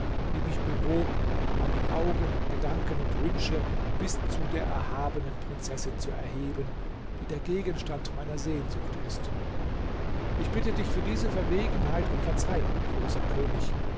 die mich bewog meine augen gedanken und wünsche bis zu der erhabenen prinzessin zu erheben die der gegenstand meiner sehnsucht ist ich bitte dich für diese verwegenheit um verzeihung großer könig